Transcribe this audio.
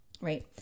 right